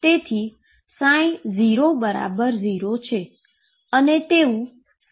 તેથી 00 છે અને તેવું L છે